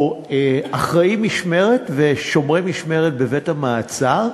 או אחראי משמרת ושומרי משמרת בבית-המעצר,